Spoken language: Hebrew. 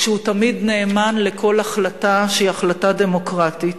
כשהוא תמיד נאמן לכל החלטה שהיא החלטה דמוקרטית.